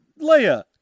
Leia